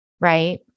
right